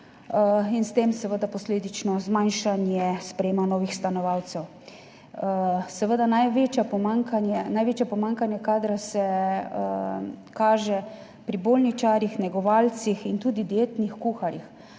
in s tem seveda posledično zmanjšujejo sprejemanje novih stanovalcev. Največje pomanjkanje kadra se kaže pri bolničarjih, negovalcih in tudi dietnih kuharjih,